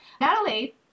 Natalie